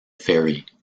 ferry